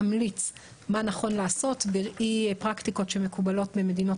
תמליץ מה נכון לעשות בראי פרקטיקות שמקובלות במדינות